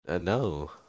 No